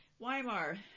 Weimar